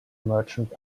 merchant